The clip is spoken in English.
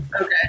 Okay